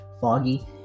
foggy